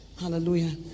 Hallelujah